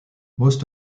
most